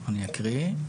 ואני אקריא: